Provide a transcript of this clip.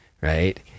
right